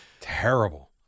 terrible